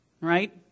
Right